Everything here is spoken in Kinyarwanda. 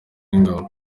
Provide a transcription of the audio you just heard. w’ingabo